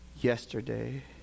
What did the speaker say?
yesterday